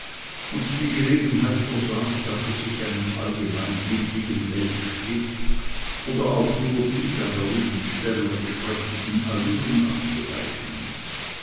und die gelegenheit versäumt hatte sich einen allgemein gültigen weltschliff oder auch nur die seiner lebensstellung entsprechenden allüren anzueignen